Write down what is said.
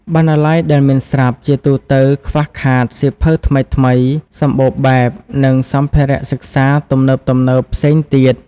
បណ្ណាល័យដែលមានស្រាប់ជាទូទៅខ្វះខាត សៀវភៅថ្មីៗ សម្បូរបែប និងសម្ភារៈសិក្សា ទំនើបៗផ្សេងទៀត។